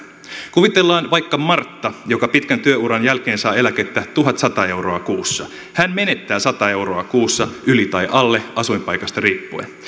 kuvitellaan vaikka marttaa joka pitkän työuran jälkeen saa eläkettä tuhatsata euroa kuussa hän menettää sata euroa kuussa yli tai alle asuinpaikasta riippuen